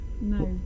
No